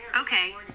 Okay